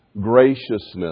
graciousness